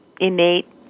innate